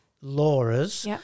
Laura's